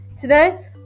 Today